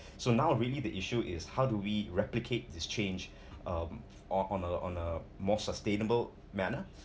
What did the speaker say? so now really the issue is how do we replicate this change um or on a on a more sustainable manner